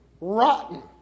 rotten